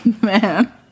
man